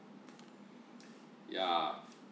yeah